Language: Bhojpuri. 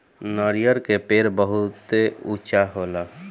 नरियर के पेड़ बहुते ऊँचा होला